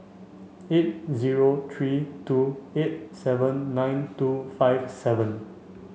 eight zero three two eight seven nine two five seven